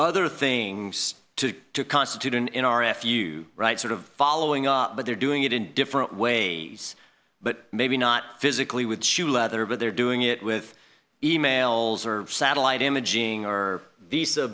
other thing to to constitute an in r f u right sort of following up but they're doing it in different ways but maybe not physically with shoe leather but they're doing it with e mails or satellite imaging or these